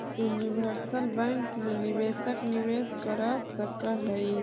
universal bank मैं निवेशक निवेश कर सकऽ हइ